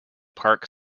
park